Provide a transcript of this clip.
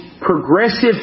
progressive